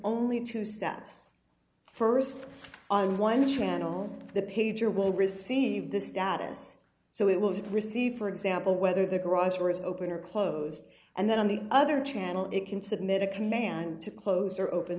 only two stats st on one channel the pager will receive this status so it will receive for example whether the garage door is open or closed and then on the other channel it can submit a command to close or open